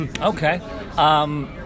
Okay